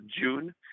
June